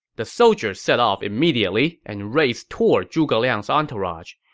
the soldiers set off immediately and raced toward zhuge liang's entourage.